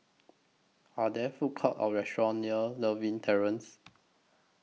Are There Food Courts Or restaurants near Lewin Terrace